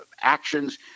actions